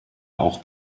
auch